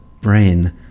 brain